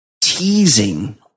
teasing